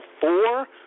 four